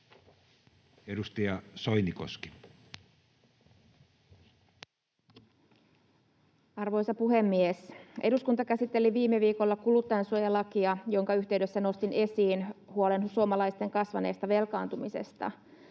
14:25 Content: Arvoisa puhemies! Eduskunta käsitteli viime viikolla kuluttajansuojalakia, jonka yhteydessä nostin esiin huolen suomalaisten kasvaneesta velkaantumisesta.